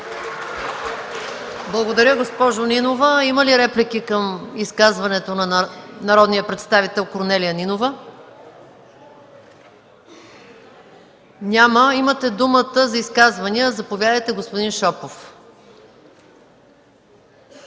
Благодаря, госпожо Нинова. Има ли реплики към изказването на народния представител Корнелия Нинова? Няма. Имате думата за изказвания. Заповядайте, господин Шопов.